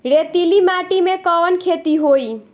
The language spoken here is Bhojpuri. रेतीली माटी में कवन खेती होई?